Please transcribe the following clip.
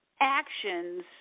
actions